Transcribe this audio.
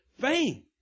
fame